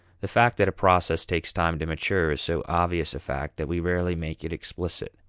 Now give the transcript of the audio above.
the fact that a process takes time to mature is so obvious a fact that we rarely make it explicit.